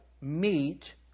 meet